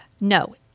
No